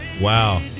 Wow